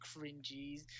cringy